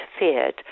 interfered